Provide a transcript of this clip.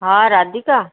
हा राधिका